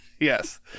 Yes